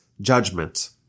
judgment